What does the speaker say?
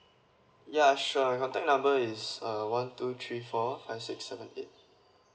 ya sure my contact number is uh one two three four five six seven eight